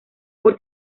por